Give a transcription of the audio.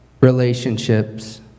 Relationships